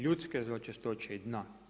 Ljudske zločestoće i dna.